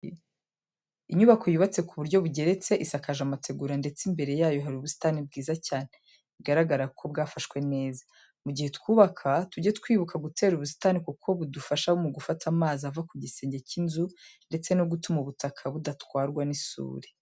Inyubako yubatse ku buryo bugeretse, isakaje amategura ndetse imbere yayo hari ubusitani bwiza cyane bigaragara ko bwafashwe neza. Mu gihe twubaka tujye twibuka gutera ubusitani kuko budufasha mu gufata amazi ava ku gisenge cy'inzu ndetse no gutuma ubutaka budatwarwa n'isuri.